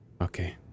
Okay